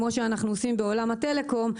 כמו שאנחנו עושים בעולם הטלקום,